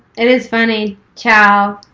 and it's funny. chow,